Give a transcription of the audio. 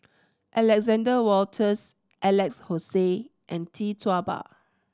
Alexander Wolters Alex Josey and Tee Tua Ba